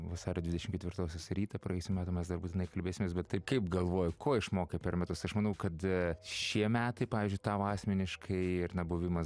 vasario dvidešim ketvirtosios rytą praėjusių metų mes dar būtinai kalbėsimės bet tai kaip galvoji ko išmokai per metus aš manau kad šie metai pavyzdžiui tau asmeniškai ir na buvimas